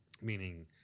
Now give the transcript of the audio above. meaning